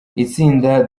itsinda